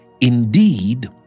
Indeed